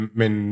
men